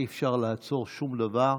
אי-אפשר לעצור שום דבר,